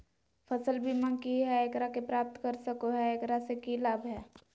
फसल बीमा की है, एकरा के प्राप्त कर सको है, एकरा से की लाभ है?